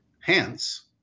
Hence